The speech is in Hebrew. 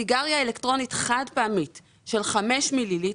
סיגריה אלקטרונית חד פעמית של חמישה מיליליטר,